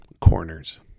corners